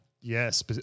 Yes